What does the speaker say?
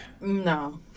No